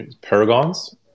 Paragons